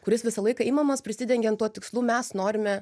kuris visą laiką imamas prisidengiant tuo tikslu mes norime